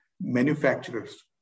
manufacturers